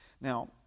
Now